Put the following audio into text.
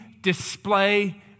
display